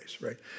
right